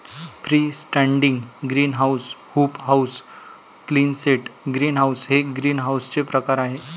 free standing greenhouse, hoop house, Quonset greenhouse हे ग्रीनहाऊसचे प्रकार आहे